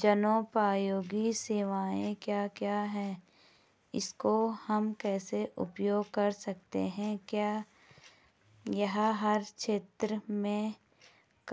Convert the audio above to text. जनोपयोगी सेवाएं क्या क्या हैं इसको हम कैसे उपयोग कर सकते हैं क्या यह हर क्षेत्र में